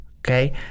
okay